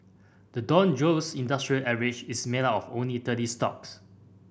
the Dow Jones Industrial Average is made up of only thirty stocks